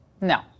no